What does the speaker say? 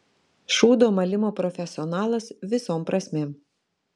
šūdo malimo profesionalas visom prasmėm